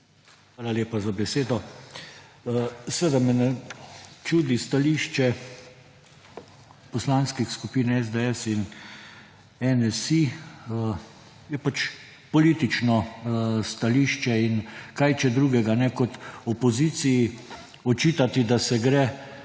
Hvala lepa za besedo. Seveda me ne čudi stališče poslanskih skupin SDS in NSi. Je pač politično stališče. In kaj, če ne drugega, kot opoziciji očitati, da se gre